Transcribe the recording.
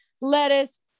lettuce